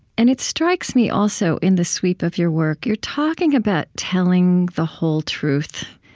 and it strikes me also in the sweep of your work you're talking about telling the whole truth,